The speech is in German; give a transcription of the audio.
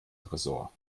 tresor